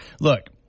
look